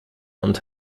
und